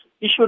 Issue